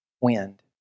wind